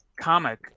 comic